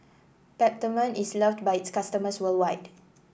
Peptamen is loved by its customers worldwide